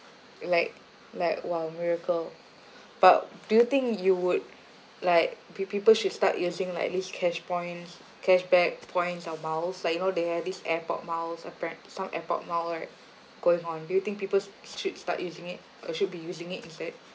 like like !wow! miracle but do you think you would like be people should start using like at least cash points cashback points or miles like you know they had this airport miles appar~ some airport mile right going on do you think people should start using it or should be using it instead